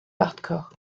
hardcore